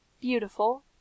beautiful